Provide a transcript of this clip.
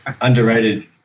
underrated